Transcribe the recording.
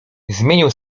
zmienił